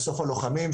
מסוף הלוחמים,